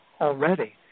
already